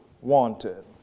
wanted